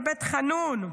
בבית חאנון?